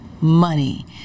money